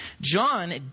John